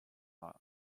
maith